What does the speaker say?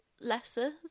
lesser